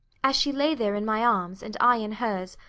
as she lay there in my arms, and i in hers,